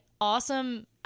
awesome